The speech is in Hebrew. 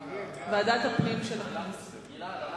לוועדת הפנים והגנת הסביבה נתקבלה.